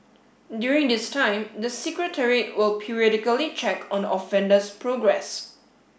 during this time the Secretariat will periodically check on the offender's progress